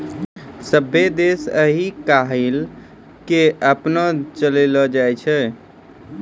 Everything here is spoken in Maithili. सभ्भे देश आइ काल्हि के अपनैने चललो जाय रहलो छै